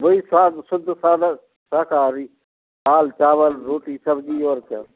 वही साग शुद्ध सादा शाकाहारी दाल चावल रोटी सब्ज़ी और क्या